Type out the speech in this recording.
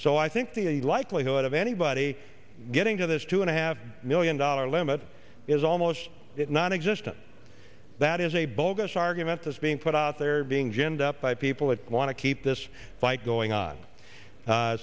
so i think the likelihood of anybody getting to this two and a half million dollar limit is almost nonexistent that is a bogus argument that's being put out there being ginned up by people that want to keep this fight going on